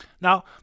Now